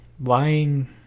lying